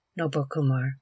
Nobukumar